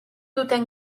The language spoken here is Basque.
duten